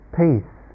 peace